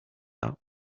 out